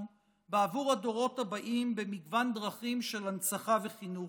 בעבור הדורות הבאים במגוון דרכים של הנצחה וחינוך.